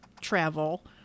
travel